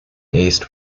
east